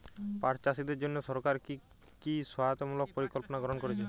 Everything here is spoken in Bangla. পাট চাষীদের জন্য সরকার কি কি সহায়তামূলক পরিকল্পনা গ্রহণ করেছে?